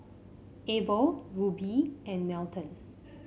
Abel Rubye and Melton